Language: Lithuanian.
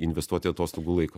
investuot į atostogų laiką